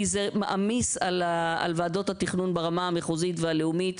כי זה מעמיס על ועדות התכנון ברמה המחוזית והלאומית.